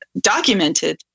documented